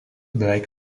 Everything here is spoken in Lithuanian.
beveik